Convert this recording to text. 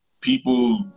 people